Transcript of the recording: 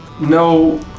No